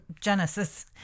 Genesis